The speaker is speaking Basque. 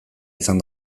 izan